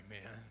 Amen